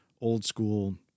old-school